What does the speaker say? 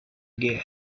again